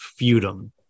feudum